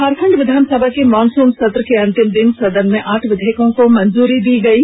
झारखंड विधानसभा के मॉनसून सत्र के अंतिम दिन सदन ने आठ विधेयकों को मंजूरी प्रदान कर दी